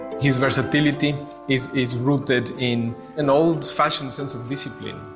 his versatility is, is rooted in an old fashion sense of discipline.